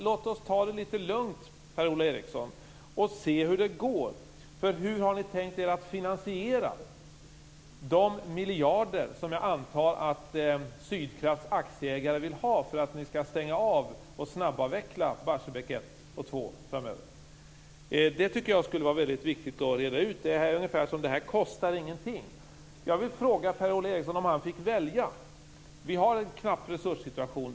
Låt oss ta det litet lugnt, Per Ola Eriksson, och se hur det går. Hur har ni tänkt att finansiera de miljarder som jag antar att Sydkrafts aktieägare vill ha för att ni skall stänga av och snabbavveckla Barsebäck 1 och 2 framöver? Det tycker jag är mycket viktigt att reda ut. Det verkar som om detta inte kostar något. Jag vill ställa en fråga till Per Ola Eriksson. Vi har en knapp resurssituation.